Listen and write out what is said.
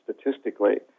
statistically